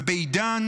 ובעידן